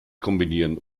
kombinieren